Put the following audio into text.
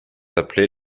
appelés